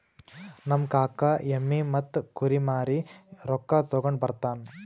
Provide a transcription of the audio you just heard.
ನಮ್ ಕಾಕಾ ಎಮ್ಮಿ ಮತ್ತ ಕುರಿ ಮಾರಿ ರೊಕ್ಕಾ ತಗೊಂಡ್ ಬರ್ತಾನ್